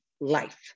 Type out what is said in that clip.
life